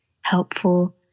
helpful